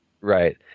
Right